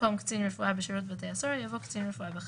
אחרי "לבית הדין הצבאי לדיון בעניינו" יבוא "אף על פי שהוא מחוסן"